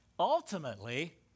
Ultimately